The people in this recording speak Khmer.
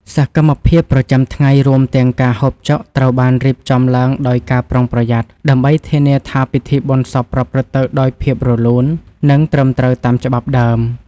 សកម្មភាពប្រចាំថ្ងៃរួមទាំងការហូបចុកត្រូវបានរៀបចំឡើងដោយការប្រុងប្រយ័ត្ន ដើម្បីធានាថាពិធីបុណ្យសពប្រព្រឹត្តទៅដោយភាពរលូន និងត្រឹមត្រូវតាមច្បាប់ដើម។